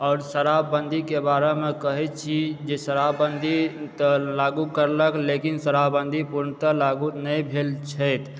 आओर शराबबन्दी के बारेमे कहै छी जे शराबबन्दी तऽ लागू करलक लेकिन शराबबन्दी पूर्णतः लागू नहि भेल छैक